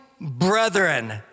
brethren